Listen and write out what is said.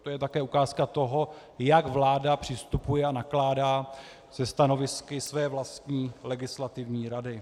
To je také ukázka toho, jak vláda přistupuje a nakládá se stanovisky své vlastní legislativní rady.